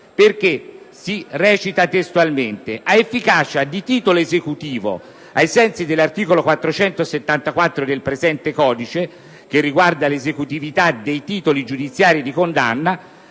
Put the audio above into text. prosegue testualmente: «... e ha efficacia di titolo esecutivo ai sensi dell'articolo 474 del presente codice» - che riguarda l'esecutività dei titoli giudiziari di condanna